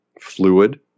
fluid